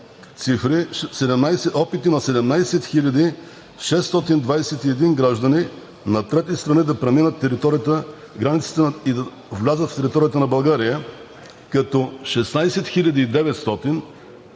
опити на 17 621 граждани на трети страни да преминат границата и да влязат в територията на България, като 16 900 са